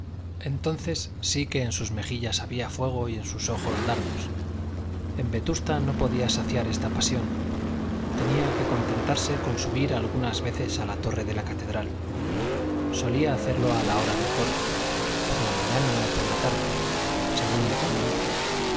entonces sí que en sus mejillas había fuego y en sus ojos dardos en vetusta no podía saciar esta pasión tenía que contentarse con subir algunas veces a la torre de la catedral solía hacerlo a la hora del coro por la mañana o por la tarde según le convenía